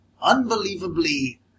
unbelievably